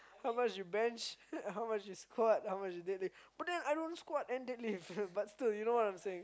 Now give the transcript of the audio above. how much you bench how much you squat how much you deadlift but then I don't squat and deadlift and but still you know what I am saying